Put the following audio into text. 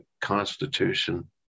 Constitution